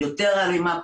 יותר אלימה,